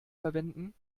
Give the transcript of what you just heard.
verwenden